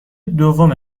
دوم